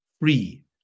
free